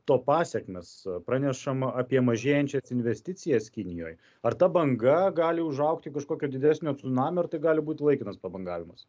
to pasekmes pranešama apie mažėjančias investicijas kinijoj ar ta banga gali užaugt į kažkokio didesnio cunamio ar tai gali būt laikinas pabangavimas